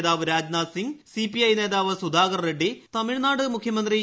നേതാവ് രാജ്നാഥ് സിംഗ് സിപിഐ നേതാവ് സുധാകർ റെഡ്സി തമിഴ്നാട് മുഖ്യമന്ത്രിയും എ